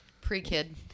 Pre-kid